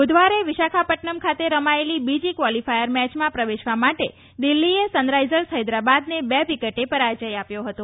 બુધવારે વિશાખાપદ્દનમ ખાતે રમાયેલી બીજી ક્વોલિફાયર મેચમાં પ્રવેશવા માટે દિલ્ફીએ સનરાઇઝર્સ ફૈદરાબાદને બે વિકેટે પરાજય આપ્યો હતો